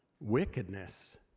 wickedness